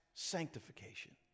sanctification